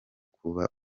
kuba